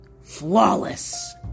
flawless